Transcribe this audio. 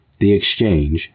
theexchange